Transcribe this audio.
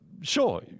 sure